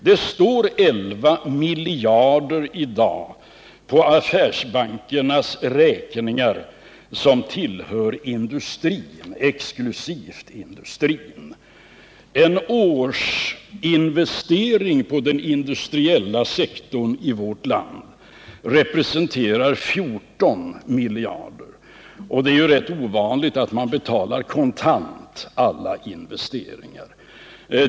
Det står i dag 11 miljarder på affärsbankernas räkningar som exklusivt tillhör industrin. En årsinvestering på den industriella sektorn i vårt land representerar 14 miljarder. Och det är rätt ovanligt att man betalar alla investeringar kontant.